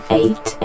eight